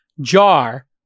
jar